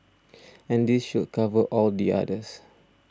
and this should cover all the others